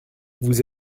vous